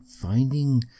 finding